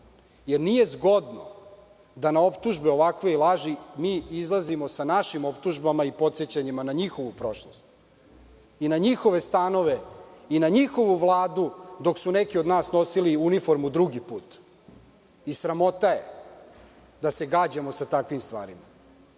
jer nije zgodno da na optužbe ovakve i laži mi izlazimo sa našim optužbama i podsećanjima na njihovu prošlost i na njihove stanove i na njihovu vladu dok su neki od nas nosili uniformu po drugi put. Sramota je da se gađamo sa takvim stvarima,